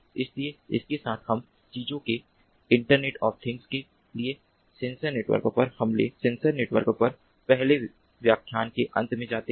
इसलिए इसके साथ हम चीजों के इंटरनेट ऑफ थिंग्स के लिए सेंसर नेटवर्क पर पहले व्याख्यान के अंत में आते हैं